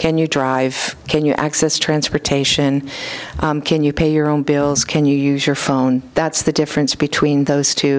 can you drive can you access transportation can you pay your own bills can you use your phone that's the difference between those two